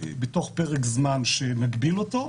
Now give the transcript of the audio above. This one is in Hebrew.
בתוך פרק זמן שנגביל אותו,